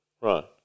right